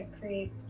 create